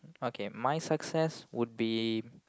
okay my success would be